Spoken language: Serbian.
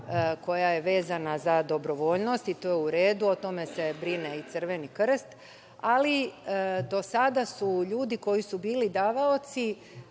koja je vezana za dobrovoljnost i to je u redu, o tome se brine i Crveni krst, ali do sada su ljudi koji su bili davaoci,